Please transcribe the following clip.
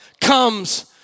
comes